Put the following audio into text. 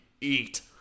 eat